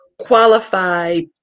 qualified